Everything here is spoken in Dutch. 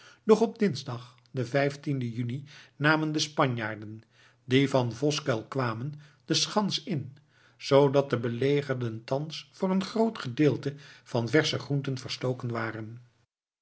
doch op dinsdag den vijftienden juni namen de spanjaarden die van voskuyl kwamen de schans in zoodat de belegerden thans voor een groot gedeelte van versche groenten verstoken waren